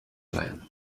glenn